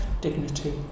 dignity